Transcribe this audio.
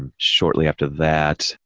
um shortly after that,